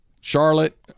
charlotte